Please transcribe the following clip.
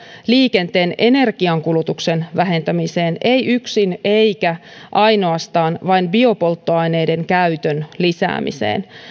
liikenteen energiankulutuksen vähentämiseen ei yksin eikä ainoastaan biopolttoaineiden käytön lisäämiseen